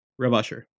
Rebusher